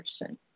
person